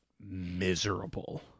miserable